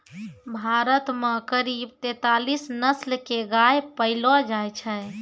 भारत मॅ करीब तेतालीस नस्ल के गाय पैलो जाय छै